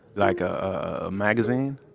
like a, ah, magazine?